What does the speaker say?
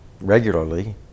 regularly